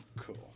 Cool